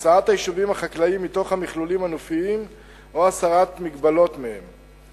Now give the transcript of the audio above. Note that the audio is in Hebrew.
הוצאת היישובים החקלאיים מתוך המכלולים הנופיים או הסרת מגבלות מהם,